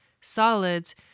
solids